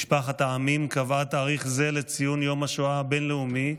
משפחת העמים קבעה תאריך זה לציון יום השואה הבין-לאומי,